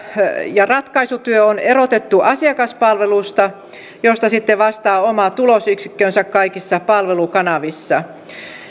ja ratkaisutyö on erotettu asiakaspalvelusta josta sitten vastaa oma tulosyksikkönsä kaikissa palvelukanavissa